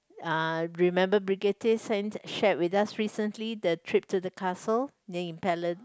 uh remember Briggette sent shared with us recently the trip to the castle then in Palan